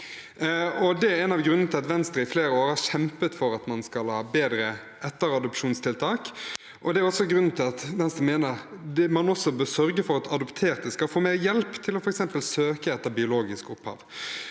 Det er en av grunnene til at Venstre i flere år har kjempet for at man skal ha bedre etteradopsjonstiltak. Det er også grunnen til at Venstre mener at man også bør sørge for at adopterte skal få mer hjelp, f.eks. til å søke etter biologisk opphav.